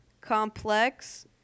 complex